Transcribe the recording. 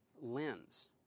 lens